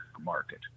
market